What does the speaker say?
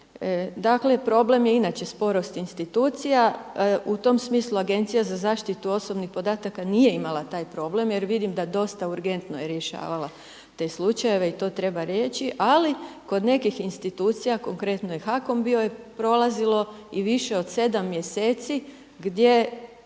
Dakle problem je inače sporost institucija, u tom smislu Agencija za zaštitu osobnih podataka nije imala taj probleme jer vidim da dosta urgentno je rješavala te slučajeve i to treba reći. Ali kod nekih institucija, konkretno HAKOM je bio prolazilo i više od sedam mjeseci gdje